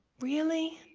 really?